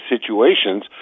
situations